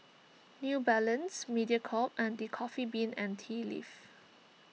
New Balance Mediacorp and the Coffee Bean and Tea Leaf